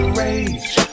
rage